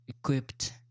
equipped